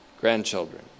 grandchildren